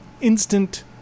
instant